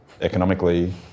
economically